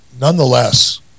nonetheless